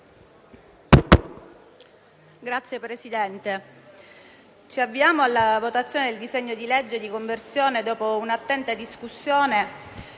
Signor Presidente, ci avviamo alla votazione del disegno di legge di conversione dopo un'attenta discussione,